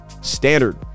standard